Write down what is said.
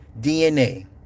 DNA